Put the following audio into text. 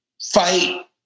fight